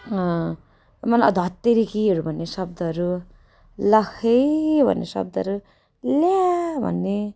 मलाई धत्तेरिकी भन्ने शब्दहरू ल है भन्ने शब्दहरू ल्या भन्ने